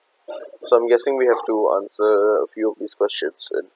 so I'm guessing we have to answer a few these questions and